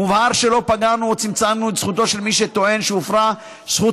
מובהר שלא פגענו או צמצמנו את זכותו של מי שטוען שהופרה זכות